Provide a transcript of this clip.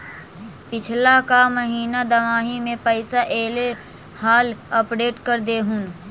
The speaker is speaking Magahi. पिछला का महिना दमाहि में पैसा ऐले हाल अपडेट कर देहुन?